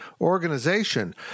organization